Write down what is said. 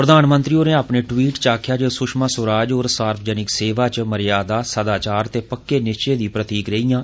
प्रधानमंत्री होरें अपने टवीट च आक्खेआ जे सुषमा स्वराज होर सार्वजनिक सेवा च मर्यादा सदाचार ते पक्के निश्चें दी प्रतीक रेहीआं